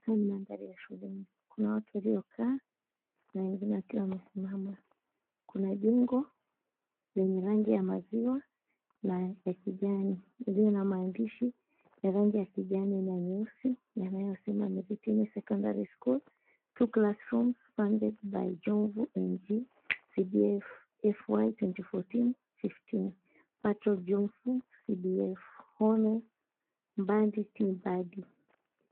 Haya ni mandhari ya shuleni, kuna watu waliokaa na wengine wakiwa wamesimama, kuna jengo lenye rangi ya maziwa na ya kijani iliyo na maandishi ya rangi ya kijani na nyeusi yaliyosema MIRITINI SECONDARY SCHOOL, 2 CLASSROOMS FUNDED BY JOMVU NG-CDF FY-2014/15, PATRON JOMVU CDF, HON BADI T. BADI.